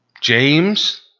James